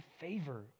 favor